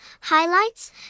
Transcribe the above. highlights